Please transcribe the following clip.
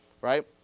right